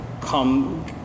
come